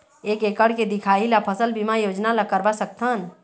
एक एकड़ के दिखाही ला फसल बीमा योजना ला करवा सकथन?